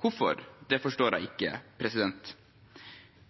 Hvorfor forstår jeg ikke.